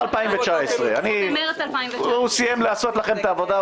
2019. הוא סיים לעשות לכם את העבודה,